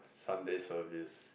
Sunday service